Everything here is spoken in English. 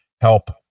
help